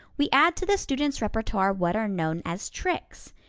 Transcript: we add to the students' repertoire what are known as tricks,